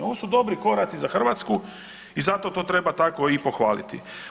Ovo su dobri koraci za Hrvatsku i zato to treba i pohvaliti.